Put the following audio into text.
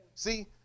See